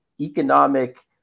economic